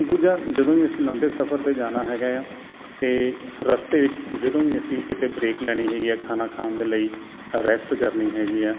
ਦੂਜਾ ਜਦੋਂ ਵੀ ਅਸੀਂ ਲੰਬੇ ਸਫਰ 'ਤੇ ਜਾਣਾ ਹੈਗਾ ਆ ਅਤੇ ਰਸਤੇ ਵਿੱਚ ਜਦੋਂ ਵੀ ਅਸੀਂ ਕਿਤੇ ਬਰੇਕ ਲੈਣੀ ਹੈਗੀ ਆ ਖਾਣਾ ਖਾਣ ਦੇ ਲਈ ਰੈਸਟ ਕਰਨੀ ਹੈਗੀ ਆ